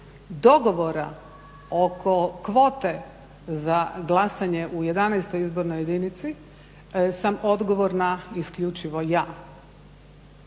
dogovora oko kvote za glasanje u 11 izbornoj jedinici sam odgovorna isključivo ja.